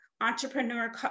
entrepreneur